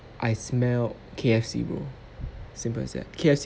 I smelled K_F_C bro as simple as that K_F_C